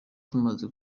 tumaze